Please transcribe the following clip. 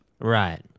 Right